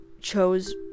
chose